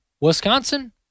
Wisconsin